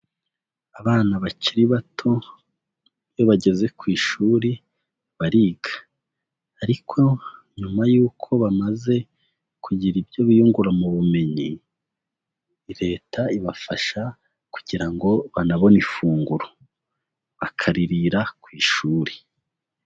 Abana bakiri bato iyo bageze ku ishuri bariga ariko nyuma y'uko bamaze kugira ibyo biyungura mu bumenyi, Leta ibafasha kugira ngo banabone ifunguro, bakaririra ku ishuri.